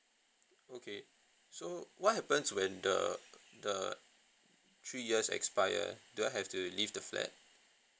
okay so what happens when the the three years expire do I have to leave the flat